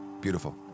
Beautiful